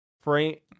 frank